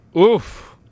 Oof